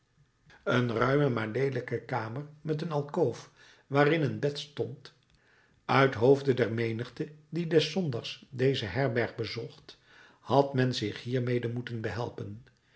een ruime maar leelijke kamer met een alkoof waarin een bed stond uit hoofde der menigte die des zondags deze herberg bezocht had men zich hiermede moeten behelpen